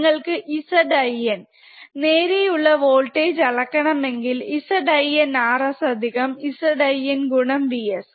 നിങ്ങൾക് Zin നേരെ ഒള്ള വോൾടേജ് അളക്കണമെങ്കിൽ Zin Rs Z in Vs